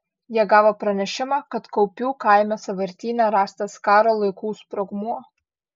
jie gavo pranešimą kad kaupių kaime sąvartyne rastas karo laikų sprogmuo